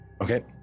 Okay